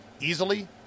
easily